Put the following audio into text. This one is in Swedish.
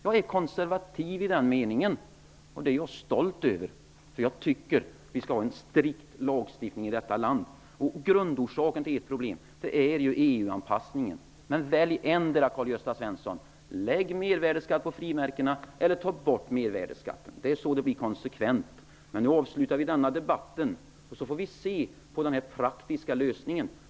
Jag är konservativ i den meningen, och det är jag stolt över. Jag tycker att vi skall ha en strikt lagstiftning i detta land. Grundorsaken till ert problem är EU anpassningen. Välj endera sättet, Karl-Gösta Svenson! Lägg mervärdesskatt på frimärkena eller ta bort den! Så blir det konsekvent. Nu avslutar vi debatten och avvaktar den praktiska lösningen.